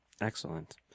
Excellent